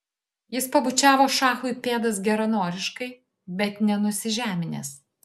jis pabučiavo šachui pėdas geranoriškai bet ne nusižeminęs